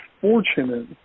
fortunate